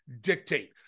dictate